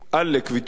עלק ויתורים.